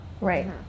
Right